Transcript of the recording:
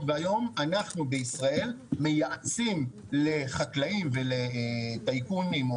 והיום אנחנו בישראל מייעצים לחקלאים ולטייקונים,